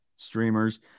Streamers